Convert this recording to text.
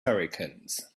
hurricanes